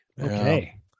okay